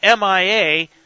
MIA